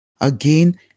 Again